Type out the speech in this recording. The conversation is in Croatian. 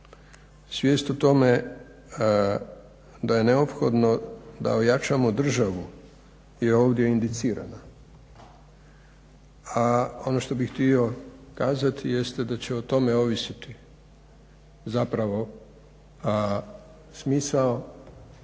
svijest o tome da je neophodno da ojačamo državu je ovdje indicirana, a ono što bih htio kazati jeste da će o tome ovisiti zapravo smisao,